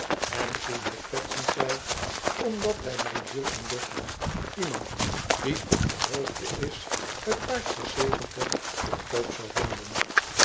en toen hij kwetsend zei omdat bij mijn ziel en lichaam iemand die op de hoogte is t paard voor zeventig goedkoop zou vinden